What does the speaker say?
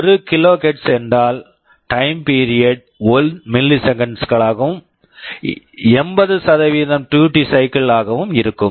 1 kilohertz KHz என்றால் time period time period 1 milliseconds milliseconds களாகவும் 80 duty cycle duty cycle ஆகவும் இருக்கும்